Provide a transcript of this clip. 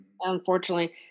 Unfortunately